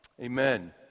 Amen